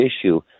issue